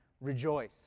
rejoice